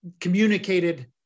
communicated